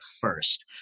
first